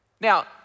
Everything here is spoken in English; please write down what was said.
Now